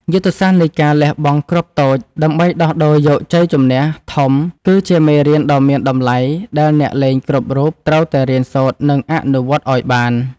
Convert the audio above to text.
យុទ្ធសាស្ត្រនៃការលះបង់គ្រាប់តូច ដើម្បីដោះដូរយកជ័យជម្នះធំគឺជាមេរៀនដ៏មានតម្លៃដែលអ្នកលេងគ្រប់រូបត្រូវតែរៀនសូត្រនិងអនុវត្តឱ្យបាន។